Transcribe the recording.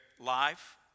life